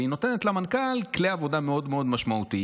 והיא נותנת למנכ"ל כלי עבודה מאוד מאוד משמעותיים.